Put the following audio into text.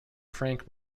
frank